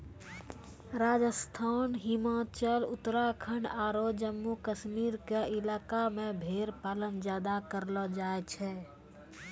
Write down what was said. राजस्थान, हिमाचल, उत्तराखंड आरो जम्मू कश्मीर के इलाका मॅ भेड़ पालन ज्यादा करलो जाय छै